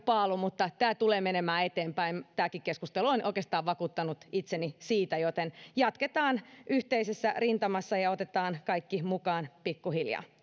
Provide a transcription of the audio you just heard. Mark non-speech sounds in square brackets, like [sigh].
[unintelligible] paalun mutta tämä tulee menemään eteenpäin tämäkin keskustelu on oikeastaan vakuuttanut minut itseni siitä jatketaan yhteisessä rintamassa ja otetaan kaikki mukaan pikkuhiljaa